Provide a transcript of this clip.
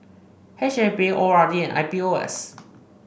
H E B O R D and I P O S